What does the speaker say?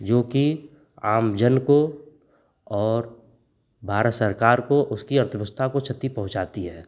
जोकि आम जन को और भारत सरकार को उसकी अर्थव्यवस्था को क्षति पहुँचाती है